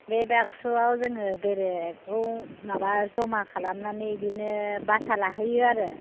बे बाकसुआव जोङो बेरेखौ माबा जमा खालामनानै बिदिनो बासा लाहोयो आरो